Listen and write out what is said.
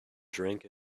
drink